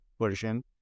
version